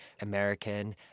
American